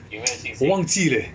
我忘记 leh